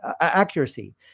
accuracy